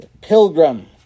pilgrim